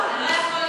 מהחול.